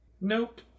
Nope